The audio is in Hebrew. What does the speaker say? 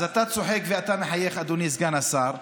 אז אתה צוחק ואתה מחייך, אדוני סגן השר,